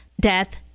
death